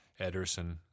Ederson